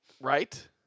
Right